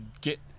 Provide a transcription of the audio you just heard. get